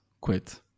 quit